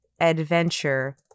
adventure